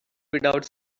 without